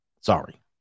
Sorry